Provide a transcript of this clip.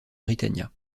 britannia